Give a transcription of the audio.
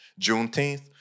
Juneteenth